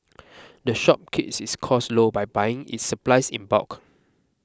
the shop keeps its costs low by buying its supplies in bulk